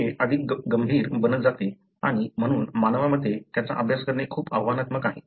ते अधिक गंभीर बनत जाते आणि म्हणून मानवामध्ये त्याचा अभ्यास करणे खूप आव्हानात्मक आहे